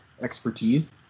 expertise